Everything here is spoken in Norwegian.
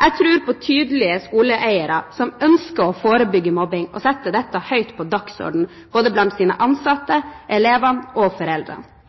Jeg tror på tydelige skoleeiere som ønsker å forebygge mobbing og setter dette høyt på dagsordenen både blant sine ansatte, elevene og foreldrene.